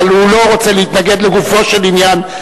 אבל הוא לא רוצה להתנגד לגופו של עניין,